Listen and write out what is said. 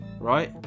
Right